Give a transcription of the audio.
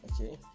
okay